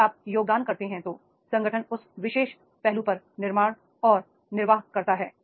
यदि आप योगदान करते हैं तो संगठन उस विशेष पहलू पर निर्माण और निर्वाह करता है